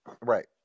right